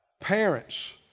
parents